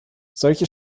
solche